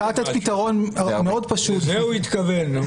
לזה הוא התכוון.